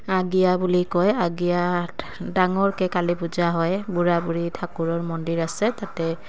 আগিয়া বুলি কয় আগিয়াত ডাঙৰকৈ কালী পূজা হয় বুঢ়া বুঢ়ী ঠাকুৰৰ মন্দিৰ আছে তাতে